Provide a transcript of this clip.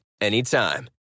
anytime